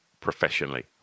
professionally